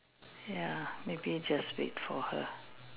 ya maybe just wait for her